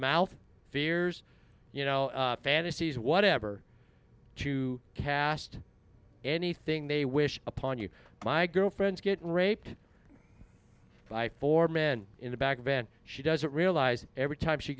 mouth fears you know fantasies whatever to cast anything they wish upon you my girl friends get raped by four men in the back van she doesn't realize every time she